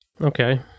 Okay